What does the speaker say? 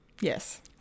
Yes